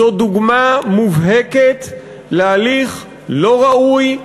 זו דוגמה מובהקת להליך לא ראוי,